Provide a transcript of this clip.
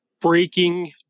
Breaking